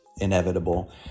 inevitable